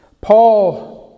Paul